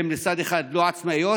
מצד אחד הן לא עצמאיות,